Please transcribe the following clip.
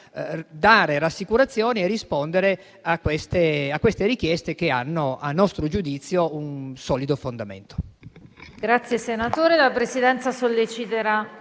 dare rassicurazioni e rispondere a tali richieste, che hanno - a nostro giudizio - un solido fondamento.